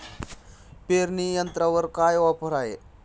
पेरणी यंत्रावर काय ऑफर आहे?